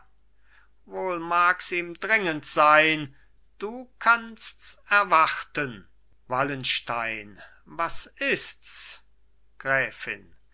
wohl mags ihm dringend sein du kannsts erwarten wallenstein was ists gräfin